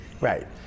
Right